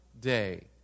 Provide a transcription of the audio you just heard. day